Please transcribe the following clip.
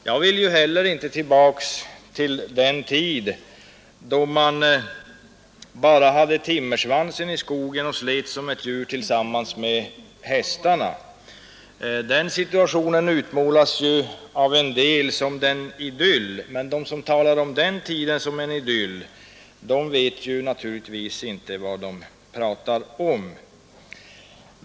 Jag vill ju heller inte tillbaka till den tid då man bara hade timmersvansen i skogen och slet som ett djur tillsammans med hästarna. Den situationen utmålas av en del som en idyll, men de som talar om den tiden som en idyll vet naturligtvis inte vad de pratar om.